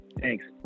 Thanks